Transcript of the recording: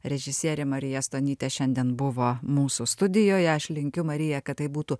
režisierė marija stonytė šiandien buvo mūsų studijoje aš linkiu marija kad tai būtų